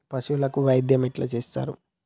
పశువులకు వైద్యం ఎట్లా చేత్తరు?